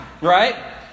right